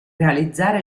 realizzare